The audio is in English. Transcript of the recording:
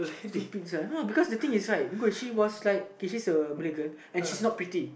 so pissed uh you know cause the thing is right okay she's a Malay girl and she's not pretty